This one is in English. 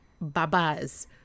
babas